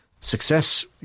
success